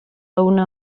una